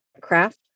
craft